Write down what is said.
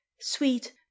sweet